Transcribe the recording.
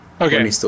Okay